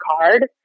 card